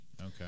okay